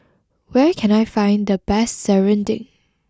where can I find the best Serunding